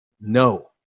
no